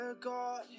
God